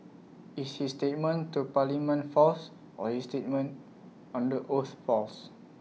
is his statement to parliament false or is statement under oath false